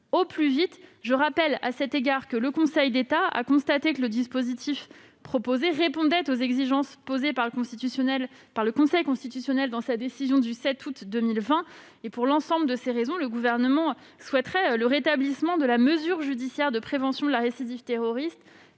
au plus vite. Je rappelle à cet égard que le Conseil d'État a constaté que le dispositif proposé répondait aux exigences posées par le Conseil constitutionnel dans sa décision du 7 août 2020. Pour l'ensemble de ces raisons, le Gouvernement souhaite le rétablissement de la mesure judiciaire de prévention de la récidive terroriste